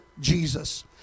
Jesus